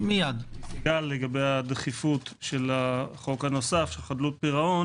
לגבי הדחיפות של החוק הנוסף, של חדלות פירעון